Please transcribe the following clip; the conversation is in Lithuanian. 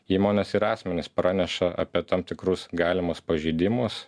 įmonės ir asmenys praneša apie tam tikrus galimus pažeidimus